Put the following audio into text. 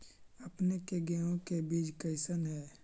अपने के गेहूं के बीज कैसन है?